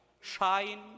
shine